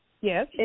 Yes